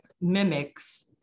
mimics